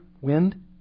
wind